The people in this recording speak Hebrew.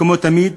כמו תמיד,